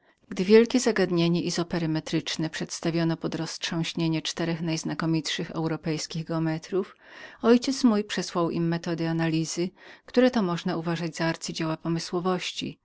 wielkie zagadnienie o izo perimetrach przedstawiono pod roztrząśnienie czterech najznakomitszych europejskich geometrów mój ojciec przesłał im metody analizy które można uważać jako arcydzieła